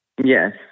Yes